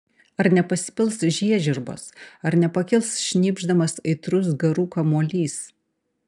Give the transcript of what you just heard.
ar nepasipils žiežirbos ar nepakils šnypšdamas aitrus garų kamuolys